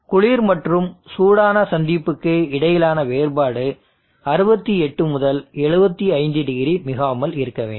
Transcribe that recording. எனவே குளிர் மற்றும் சூடான சந்திப்புக்கு இடையிலான வேறுபாடு 68 முதல் 75 டிகிரி மிகாமல் இருக்க வேண்டும்